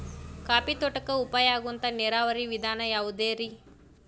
Coffee ತೋಟಕ್ಕ ಉಪಾಯ ಆಗುವಂತ ನೇರಾವರಿ ವಿಧಾನ ಯಾವುದ್ರೇ?